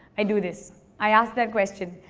i do this. i ask that question.